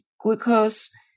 glucose